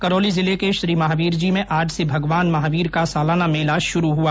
करौली जिले के श्रीमहावीरजी में आज से भगवान महावीर का सालाना मेला शुरू हुआ